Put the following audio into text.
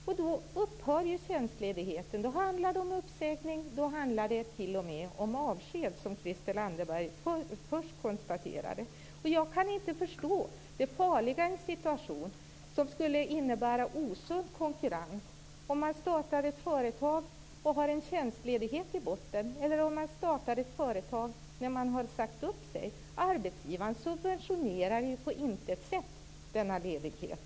Och då upphör ju tjänstledigheten! Då handlar det om uppsägning och t.o.m. om avsked, som Christel Anderberg först konstaterade. Jag kan inte förstå det farliga i situationen som dessutom skulle innebära osund konkurrens - vare sig man startar ett företag och har en tjänstledighet i botten eller om man startar ett företag när man har sagt upp sig. Arbetsgivaren subventionerar ju på intet sätt denna ledighet.